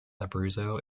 abruzzo